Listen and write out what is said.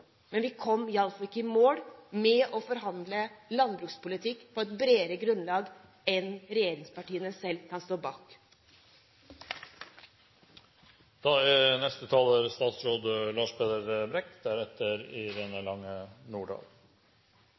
men vi kom iallfall ikke i mål med å forhandle landbrukspolitikk på et bredere grunnlag enn det regjeringspartiene selv kunne stille seg bak.